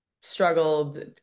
struggled